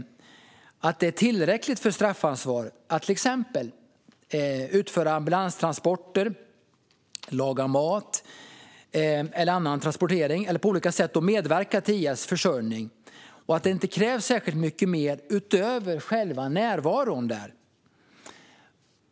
Anser regeringen att det är tillräckligt för straffansvar att till exempel utföra ambulanstransporter eller andra transporter, laga mat eller på olika sätt medverka till IS försörjning och att det inte krävs särskilt mycket mer utöver själva närvaron där?